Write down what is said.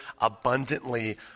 abundantly